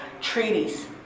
treaties